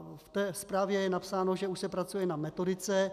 Ve zprávě je napsáno, že už se pracuje na metodice.